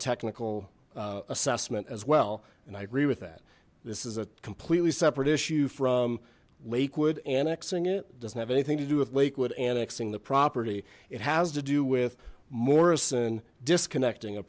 technical assessment as well and i agree that this is a completely separate issue from lakewood annexing it doesn't have anything to do with lakewood annexing the property it has to do with morrison disconnecting a